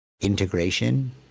integration